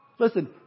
Listen